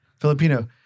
Filipino